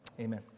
Amen